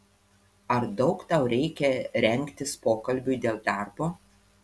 ar daug tau reikia rengtis pokalbiui dėl darbo